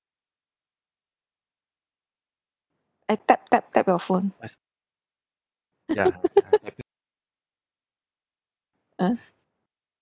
eh tap tap tap your phone uh